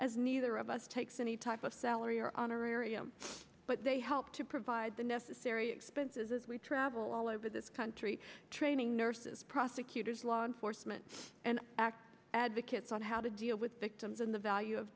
as neither of us takes any type of salary or honorarium but they help to provide the necessary expenses as we travel all over this country training nurses prosecutors law enforcement and act advocates on how to deal with victims and the value of